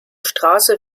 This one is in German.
straße